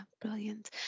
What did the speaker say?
brilliant